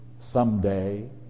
someday